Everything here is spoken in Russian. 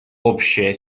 общая